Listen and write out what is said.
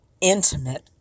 intimate